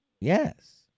Yes